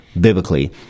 biblically